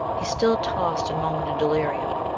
he still tossed and moaned in delirium,